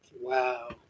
Wow